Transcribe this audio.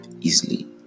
easily